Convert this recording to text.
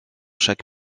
chaque